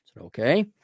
okay